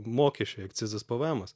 mokesčiai akcizas pv emas